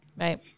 Right